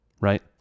Right